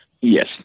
Yes